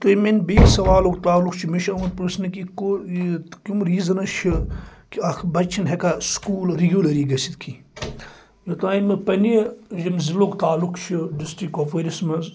تہٕ میانہِ بیٚیہِ سوالُک تعلُق چھُ مےٚ چھُ آمُت پرٛژھنہٕ کہِ کٕم ریزَنٕز چھِ کہ اکھ بَچہ چھُنہٕ ہیٚکان سکول رُگیٚلرلی گَٔژھتھ کیٚنٛہہ یوٚتانۍ بہٕ پَننہِ ییٚمہِ ضعلُک تعلُق چھُ ڈسٹرک کوٚپوٲرِس منٛز